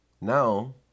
Now